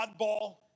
oddball